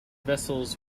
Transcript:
vessels